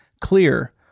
clear